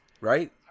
right